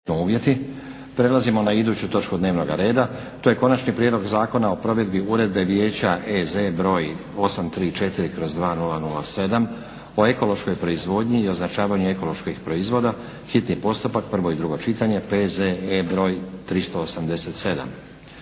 Prelazimo na iduću točku dnevnoga reda. To je - Konačni prijedlog zakona o provedbi Uredbe vijeća (EZ) br. 834/2007 o ekološkoj proizvodnji i označavanju ekoloških proizvoda, hitni postupak, prvo i drugo čitanje, P.Z.E. br. 387.